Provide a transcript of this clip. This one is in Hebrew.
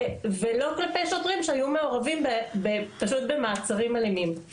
ולא כלפי שוטרים שהיו מעורבים פשוט במעצרים אלימים.